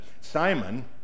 Simon